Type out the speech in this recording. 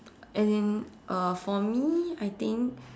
as in uh for me I think